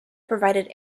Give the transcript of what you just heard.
provided